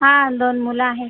हा दोन मुलं आहेत